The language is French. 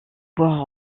bois